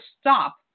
stop